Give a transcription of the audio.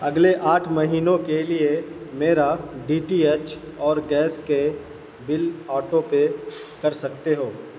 اگلے آٹھ مہینوں کے لیے میرا ڈی ٹی ایچ اور گیس کے بل آٹو پے کر سکتے ہو